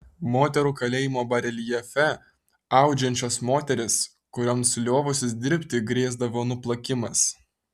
moterų kalėjimo bareljefe audžiančios moterys kurioms liovusis dirbti grėsdavo nuplakimas